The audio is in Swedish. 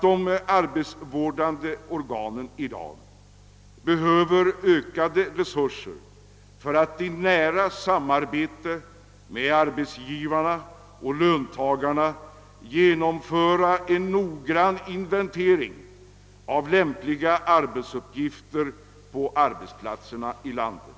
De arbetsvårdande organen behöver i dag ökade resurser för att i nära samarbete med arbetsgivare och löntagare göra en grundlig inventering av' lämpliga arbetsuppgifter vid arbetsplatserna ute i landet.